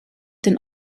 den